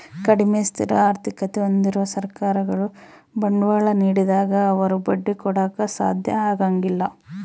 ಕಡಿಮೆ ಸ್ಥಿರ ಆರ್ಥಿಕತೆ ಹೊಂದಿರುವ ಸರ್ಕಾರಗಳು ಬಾಂಡ್ಗಳ ನೀಡಿದಾಗ ಅವರು ಬಡ್ಡಿ ಕೊಡಾಕ ಸಾಧ್ಯ ಆಗಂಗಿಲ್ಲ